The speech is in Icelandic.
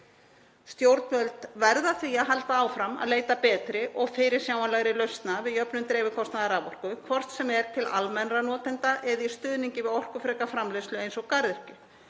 Stjórnvöld verða því að halda áfram að leita betri og fyrirsjáanlegri lausna við jöfnun dreifikostnaðar raforku, hvort sem er til almennra notenda eða í stuðningi við orkufreka framleiðslu eins og garðyrkju.